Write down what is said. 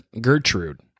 Gertrude